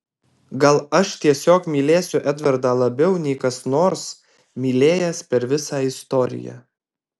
gal aš tiesiog mylėsiu edvardą labiau nei kas nors mylėjęs per visą istoriją